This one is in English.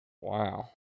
Wow